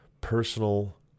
personal